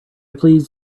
please